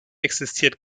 existiert